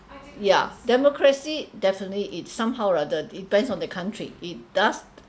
ya democracy definitely is somehow or rather depends on the country it does